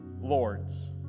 lords